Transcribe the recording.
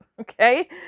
Okay